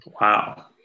Wow